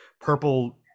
purple